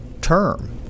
term